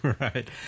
Right